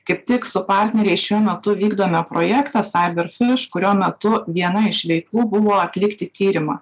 kaip tik su partneriais šiuo metu vykdome projektą cyber fish kurio metu viena iš veiklų buvo atlikti tyrimą